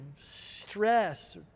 stress